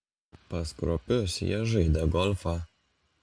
pas kruopius jie žaidė golfą